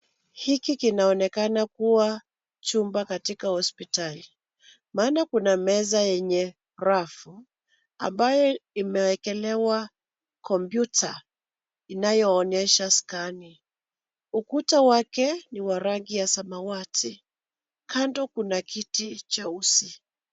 Hiki kinaonekana kuwa chumba katika hospitali, maana kuna meza yenye grafu ambaye imeekelewa kompyuta inayeonesha scanning ukuta wake ni wa rangi ya samawati kando kuna kiti cheusi.